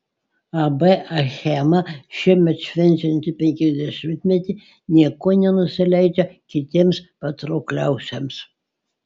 ab achema šiemet švenčianti penkiasdešimtmetį niekuo nenusileidžia kitiems patraukliausiems